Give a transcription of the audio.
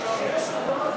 עשר דקות, בבקשה.